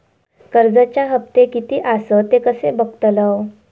कर्जच्या हप्ते किती आसत ते कसे बगतलव?